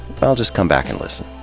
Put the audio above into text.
well, just come back and listen.